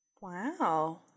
Wow